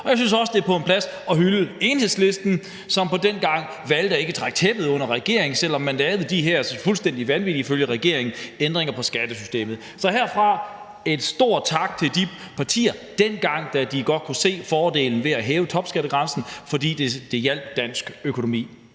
SF. Jeg synes også, det er på sin plads at hylde Enhedslisten, som dengang valgte ikke at trække tæppet væk under regeringen, selv om den lavede de her fuldstændige vanvittige – ifølge regeringen – ændringer i skattesystemet. Så herfra skal lyde en stor tak til de partier, dengang de godt kunne se fordelen ved at hæve topskattegrænsen, fordi det hjalp dansk økonomi.